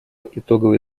итоговый